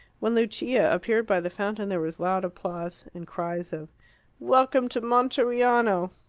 when lucia appeared by the fountain there was loud applause, and cries of welcome to monteriano!